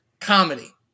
comedy